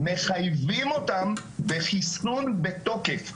מחייבים אותם בחיסון בתוקף,